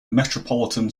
metropolitan